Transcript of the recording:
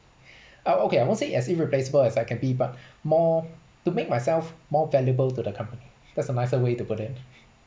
ah okay I won't say as irreplaceable as I can be but more to make myself more valuable to the company that's a nicer way to put it